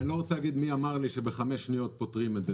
אני לא רוצה להגיד מי אמר לי שבחמש שניות פותרים את זה.